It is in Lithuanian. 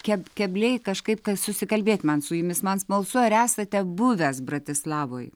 keb kebliai kažkaip susikalbėt man su jumis man smalsu ar esate buvęs bratislavoj